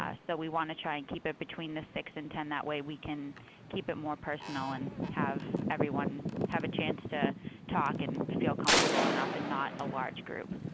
ah so we want to try and keep it between the six and ten. that way, we can keep it more personal and have everyone have a chance to talk and feel comfortable enough and not a large group.